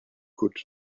could